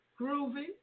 Groovy